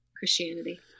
Christianity